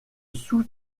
sous